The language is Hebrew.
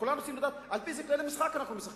כולם רוצים לדעת לפי אילו כללי משחק אנחנו משחקים.